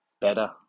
better